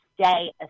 stay